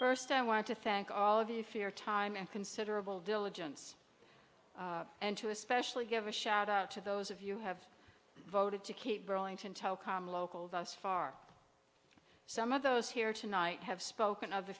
first i want to thank all of you for your time and considerable diligence and to especially give a shout out to those of you have voted to keep burlington telkom local thus far some of those here tonight have spoken of the